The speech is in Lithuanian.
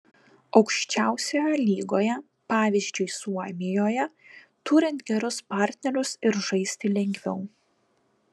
aukščiausioje lygoje pavyzdžiui suomijoje turint gerus partnerius ir žaisti lengviau